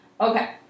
okay